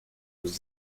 aux